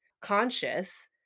conscious